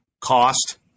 cost